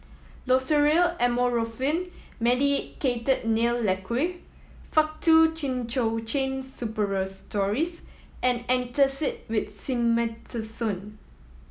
Loceryl Amorolfine Medicated Nail Lacquer Faktu Cinchocaine Suppositories and Antacid with Simethicone